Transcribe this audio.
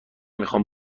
میخام